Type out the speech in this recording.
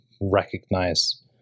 recognize